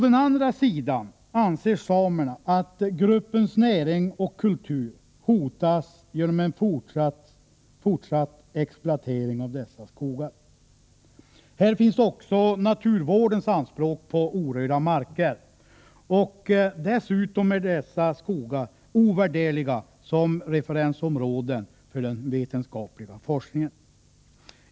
Å andra sidan anser samerna att gruppens näring och kultur hotas genom en fortsatt exploatering av dessa skogar. Här finns också naturvårdens anspråk på orörda marker. Dessutom är dessa skogar ovärderliga som referensområden för den vetenskapliga forskningen.